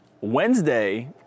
Wednesday